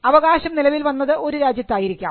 അവകാശം നിലവിൽ വന്നത് ഒരു രാജ്യത്തായിരിക്കാം